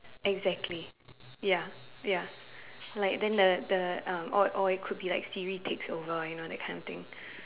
exactly ya ya like then the the um or or it could be like Siri takes over you know that kind of thing